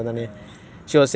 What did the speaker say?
what's that ah ya ya